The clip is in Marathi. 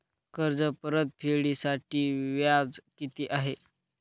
कर्ज परतफेडीसाठी व्याज किती आहे?